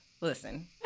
listen